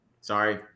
Sorry